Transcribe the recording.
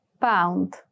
pound